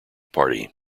party